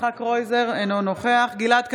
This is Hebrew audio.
יצחק קרויזר, אינו נוכח גלעד קריב,